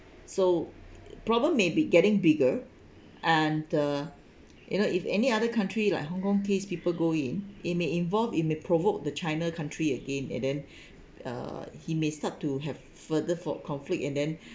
so problem may be getting bigger and the you know if any other country like hong kong case people go in it may involve it may provoke the china country again and then uh he may start to have further for conflict and then